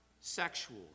sexual